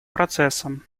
процессом